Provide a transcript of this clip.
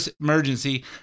emergency